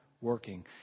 working